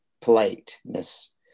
politeness